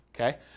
Okay